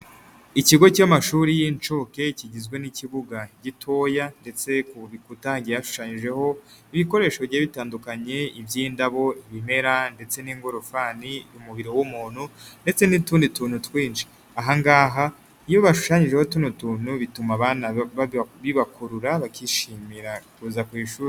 Ikigo cy'amashuri y'inshuke kigizwe n'ikibuga gitoya ndetse ku bikuta hagiye hashushanyijeho ibikoresho bigiye bitandukanye: iby'indabo, ibimera ndetse n'ingorofani, umubiri w'umuntu ndetse n'utundi tuntu twinshi, aha ngaha iyo bashushanyijeho tuno tuntu bituma abana bibakurura bakishimira kuza ku ishuri.